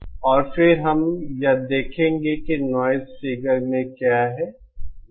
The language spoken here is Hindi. और फिर हम यह भी देखेंगे कि नॉइज़ फिगर में क्या है